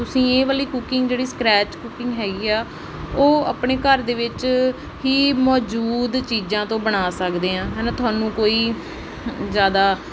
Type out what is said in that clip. ਤੁਸੀਂ ਇਹ ਵਾਲੀ ਕੁਕਿੰਗ ਜਿਹੜੀ ਸਕਰੈਚ ਕੁਕਿੰਗ ਹੈਗੀ ਆ ਉਹ ਆਪਣੇ ਘਰ ਦੇ ਵਿੱਚ ਹੀ ਮੌਜੂਦ ਚੀਜ਼ਾਂ ਤੋਂ ਬਣਾ ਸਕਦੇ ਹਾਂ ਹੈ ਨਾ ਤੁਹਾਨੂੰ ਕੋਈ ਜ਼ਿਆਦਾ